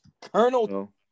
Colonel